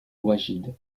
wajid